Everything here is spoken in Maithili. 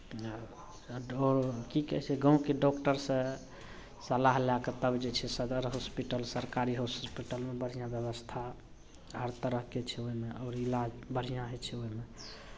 आओर की कहै छै गाँवके डॉक्टरसँ सलाह लए कऽ तब जे छै तब जे छै सदर हॉस्पिटल सरकारी हॉस्पिटलमे बढ़िआँ व्यवस्था हर तरहके छै ओहिमे इलाज बढ़िआँ होइ छै ओहिमे